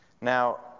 Now